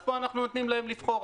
פה אנחנו נותנים להם לבחור.